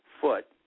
foot